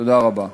תודה רבה.